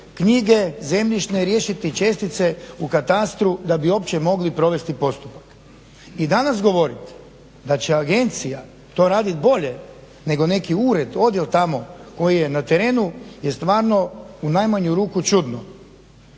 knjige zemljišne, riješiti cestice u katastru da bi uopće mogli provesti postupak. I danas govoriti da će agencija raditi bolje nego neki ured, odjel tamo koji je na terenu je stvarno u najmanju ruku čudno.